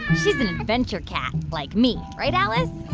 she's an adventure cat like me. right, alice?